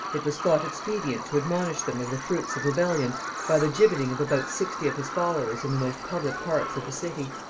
it was thought expedient to admonish them of the fruits of rebellion by the gibbeting of about sixty of his followers in the most public parts of the city.